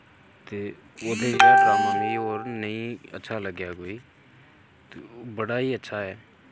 ते ओह्दे नेहा ड्रामा मि होर नेईं अच्छा लग्गेया कोई ते ओह् बड़ा ही अच्छा ऐ